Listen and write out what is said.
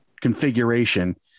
configuration